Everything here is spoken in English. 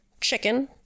chicken